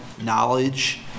knowledge